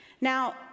Now